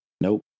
Nope